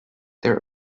their